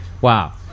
wow